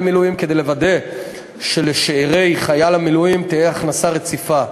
מילואים כדי לוודא שלשאירי חייל המילואים תהיה הכנסה רציפה.